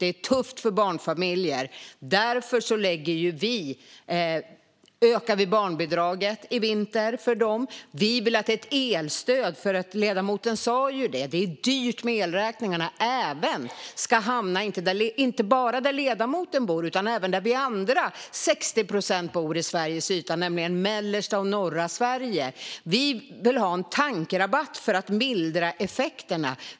Det är tufft för barnfamiljer, och därför ökar vi barnbidraget för dem i vinter. Som ledamoten sa är elräkningarna dyra, och vi vill att ett elstöd inte bara ska hamna där ledamoten bor utan även där vi övriga 60 procent bor, nämligen i mellersta och norra Sverige. Vi vill ha en tankrabatt för att mildra effekterna.